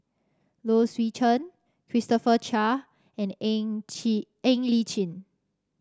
Low Swee Chen Christopher Chia and Ng Chin Ng Li Chin